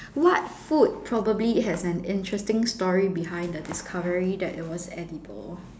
what food probably has an interesting story behind the discovery that it was edible